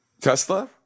Tesla